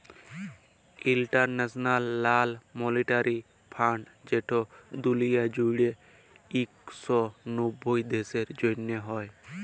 ইলটারল্যাশ লাল মালিটারি ফাল্ড যেট দুলিয়া জুইড়ে ইক শ নব্বইট দ্যাশের জ্যনহে হ্যয়